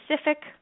specific